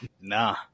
nah